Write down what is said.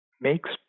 makes